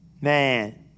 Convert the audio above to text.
man